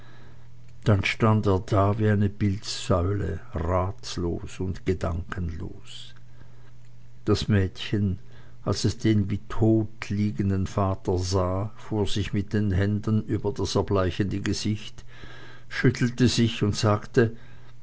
dann stand er da wie eine bildsäule ratlos und gedankenlos das mädchen als es den wie tot daliegenden vater sah fuhr sich mit den händen über das erbleichende gesicht schüttelte sich und sagte